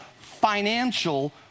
financial